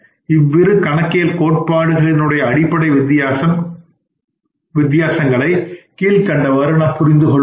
இவ்விரு கணக்கியல் கோட்பாடுகளினுடைய அடிப்படை வித்தியாசங்களை கீழ்கண்டவாறு புரிந்தது கொள்வோமாக